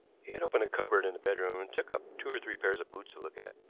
he had opened a cupboard in the bedroom, and took up two or three pairs of boots to look at.